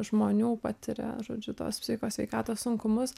žmonių patiria žodžiu tos psicho sveikatos sunkumus